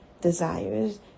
desires